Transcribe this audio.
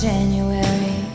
January